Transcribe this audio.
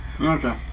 Okay